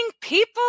people